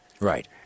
Right